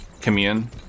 Commune